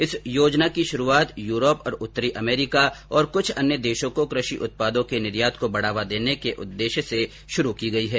इस योजना के शुरूआत यूरोप उत्तरी अमेरीका और कुछ अन्य देशों को कृषि उत्पादों के निर्यात को बढावा देने के उद्देश्य से शुरू की गई है